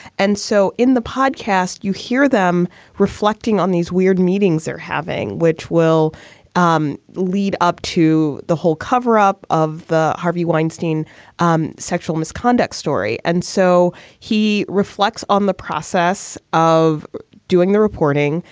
and so in the podcast, you hear them reflect. on these weird meetings are having, which will um lead up to the whole cover up of the harvey weinstein um sexual misconduct story. and so he reflects on the process of doing the reporting.